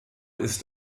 ist